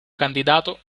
candidato